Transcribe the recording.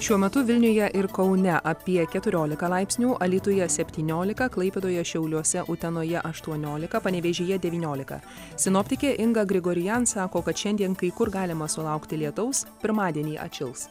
šiuo metu vilniuje ir kaune apie keturiolika laipsnių alytuje septyniolika klaipėdoje šiauliuose utenoje aštuoniolika panevėžyje devyniolika sinoptikė inga grigorian sako kad šiandien kai kur galima sulaukti lietaus pirmadienį atšils